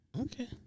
Okay